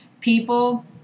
people